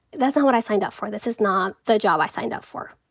that's not what i signed up for. this is not the job i signed up for.